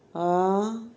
ah